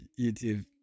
YouTube